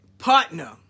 partner